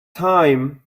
time